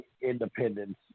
Independence